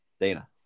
Dana